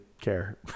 care